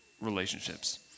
relationships